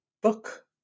book